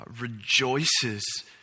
rejoices